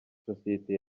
sosiyete